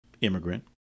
immigrant